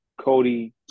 Cody